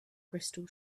crystal